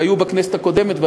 שהיו בכנסת הקודמת,